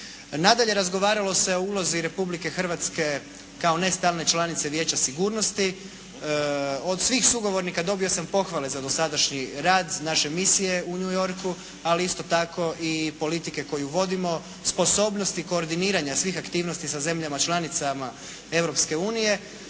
Nadalje, razgovaralo se o ulozi Republike Hrvatske kao ne stalne članice Vijeća sigurnosti. Od svih sugovornika dobio sam pohvale za dosadašnji rad naše misije u New Yorku, ali isto tako i politike koju vodimo, sposobnosti koordiniranja svih aktivnosti sa zemljama članicama